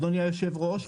אדוני היושב-ראש,